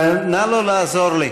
נא לא לעזור לי.